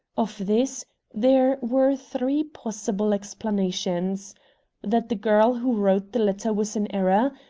of this there were three possible explanations that the girl who wrote the letter was in error,